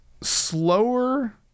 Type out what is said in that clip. slower